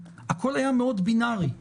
תחילת הגל הייתה ביוני ואתם רואים שם איזה "פיק",